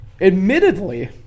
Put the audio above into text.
admittedly